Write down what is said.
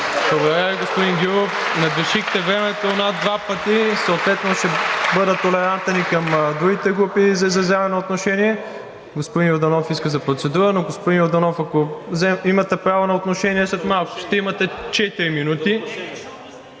Благодаря Ви, господин Гюров. Надвишихте времето над два пъти, съответно ще бъда толерантен и към другите групи за изразяване на отношение. Господин Йорданов иска думата за процедура, но, господин Йорданов, имате право на отношение след малко. Ще имате четири минути.